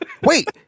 Wait